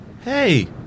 hey